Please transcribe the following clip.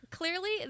Clearly